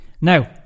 Now